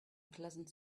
pleasant